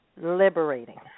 liberating